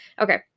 Okay